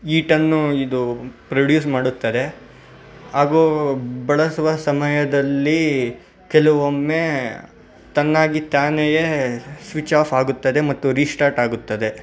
ಯೀಟನ್ನು ಇದು ಪ್ರೊಡ್ಯೂಸ್ ಮಾಡುತ್ತದೆ ಹಾಗೂ ಬಳಸುವ ಸಮಯದಲ್ಲಿ ಕೆಲವೊಮ್ಮೆ ತನ್ನಾಗಿ ತಾನೆಯೇ ಸ್ವಿಚ್ ಆಫ್ ಆಗುತ್ತದೆ ಮತ್ತು ರೀಶ್ಟಾಟ್ ಆಗುತ್ತದೆ